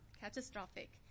catastrophic